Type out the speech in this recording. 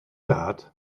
dad